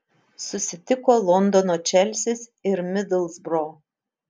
susitiko londono čelsis ir midlsbro